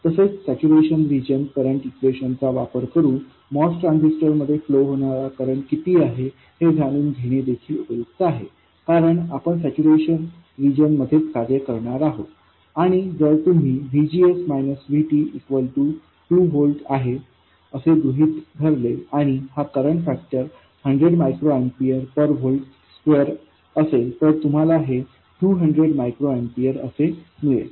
तसेच saturation region current equation चा वापर करून MOS ट्रान्झिस्टर मध्ये फ्लो होणारा करंट किती आहे हे जाणून घेणे देखील उपयुक्त आहे कारण आपण सॅच्युरेशन रिजन मध्येच कार्य करणार आहोत आणि जर तुम्ही VGS VT 2 व्होल्ट आहे असे गृहीत धरले आणि हा current factor 100 micro ampere per volt square असेल तर तुम्हाला हे 200 मायक्रो एम्पीअर असे मिळेल